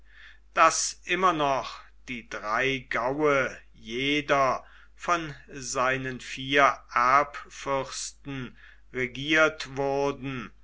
daß immer noch die drei gaue jeder von seinen vier erbfürsten regiert wurden